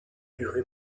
durer